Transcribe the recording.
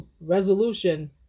resolution